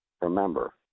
Remember